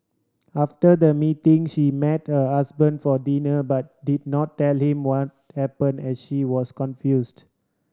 after the meeting she met her husband for dinner but did not tell him what happen as she was confused